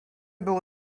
był